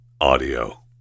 audio